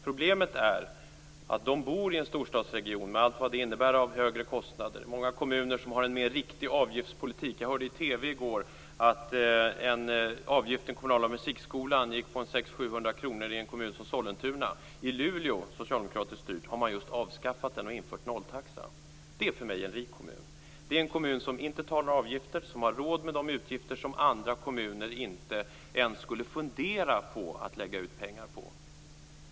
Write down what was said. Problemet är att de bor i en storstadsregion med allt vad det innebär av högre kostnader. Det är många kommuner som har en mer riktig avgiftspolitik. Jag hörde i TV i går att avgiften till den kommunala musikskolan är ca 600-700 kr i en kommun som Sollentuna. I Luleå, socialdemokratiskt styrd, har man just avskaffat den och infört nolltaxa. Det är för mig en rik kommun. Det är en kommun som inte tar ut några avgifter och som har råd med de utgifter som andra kommuner inte ens skulle fundera på att lägga ut pengar på.